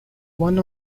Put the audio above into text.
one